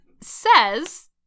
says